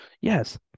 Yes